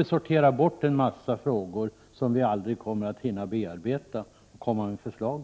att sortera ut en mängd frågor, som vi aldrig hinner bearbeta för framläggande av förslag.